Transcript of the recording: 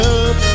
up